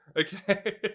okay